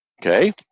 Okay